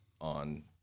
on